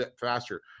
faster